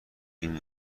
این